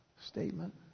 statement